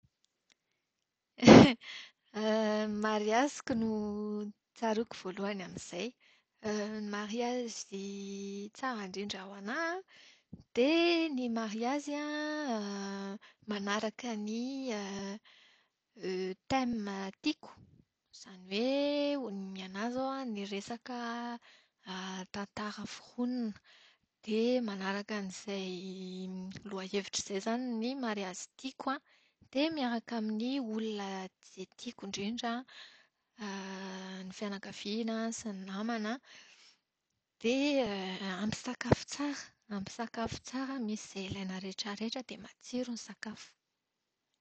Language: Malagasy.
Ny mariaziko no tsaroako voalohany amin'izay. Ny mariazy tsara indrindra ho anahy an, dia ny mariazy an manaraka ny thème tiako. Izany hoe, ny anahy izao ny resaka tantara foronina. Dia manaraka an'izay lohahevitra izay izany ny mariazy tiako an, dia miaraka amin'ny olona izay tiako indrindra an, ny fianakaviana sy ny namana. Dia ampy sakafo tsara, ampy sakafo tsara misy izay ilaina rehetrarehetra dia matsiro ny sakafo.